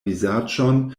vizaĝon